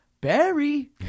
Barry